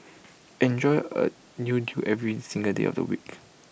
enjoy A new deal every single day of the week